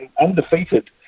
Undefeated